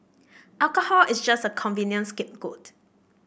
alcohol is just a convenient scapegoat